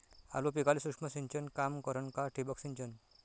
आलू पिकाले सूक्ष्म सिंचन काम करन का ठिबक सिंचन?